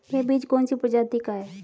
यह बीज कौन सी प्रजाति का है?